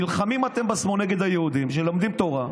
אתם נלחמים בשמאל נגד היהודים שלומדים תורה,